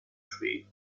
tree